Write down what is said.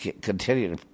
continue